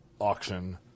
auction